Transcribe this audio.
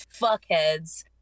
fuckheads